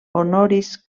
honoris